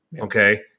Okay